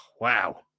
Wow